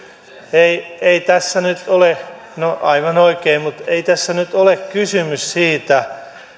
ei ei tässä nyt ole no aivan oikein mutta ei tässä nyt ole kysymys siitä